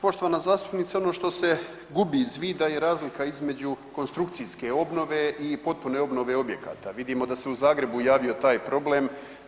Poštovana zastupnice, ono što se gubi iz vida je razlika između konstrukcijske obnove i potpune obnove objekata, vidimo da se u Zagrebu javio taj problem.